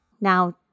Now